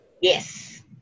yes